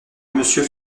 monsieur